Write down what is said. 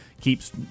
keeps